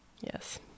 Yes